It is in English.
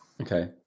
Okay